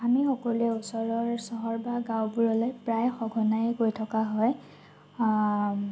আমি সকলোৱে ওচৰৰ চহৰ বা গাঁওবোৰলৈ প্ৰায় সঘনাই গৈ থকা হয়